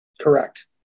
Correct